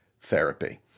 therapy